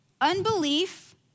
Unbelief